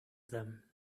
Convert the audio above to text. them